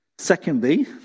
Secondly